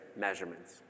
measurements